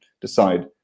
decide